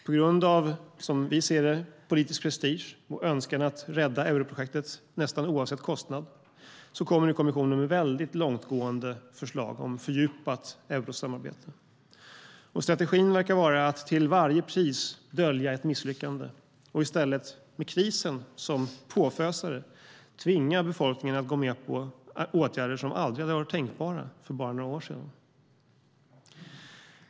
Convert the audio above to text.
På grund av, som vi ser det, politisk prestige och önskan att rädda europrojektet nästan oavsett kostnad kommer nu kommissionen med väldigt långtgående förslag om fördjupat eurosamarbete. Strategin verkar vara att till varje pris dölja ett misslyckande och i stället med krisen som påfösare tvinga befolkningen att gå med på åtgärder som aldrig hade varit tänkbara för bara några år sedan.